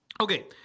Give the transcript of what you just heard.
okay